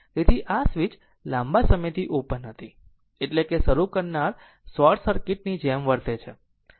તેથી આ સ્વિચ લાંબા સમયથી ઓપન હતો એટલે કે શરુ કરનાર શોર્ટ સર્કિટ ની જેમ વર્તે છે